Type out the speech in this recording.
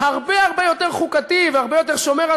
הרבה יותר חוקתי והרבה יותר שומר על